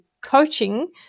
coaching